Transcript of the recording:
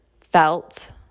felt